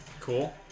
Cool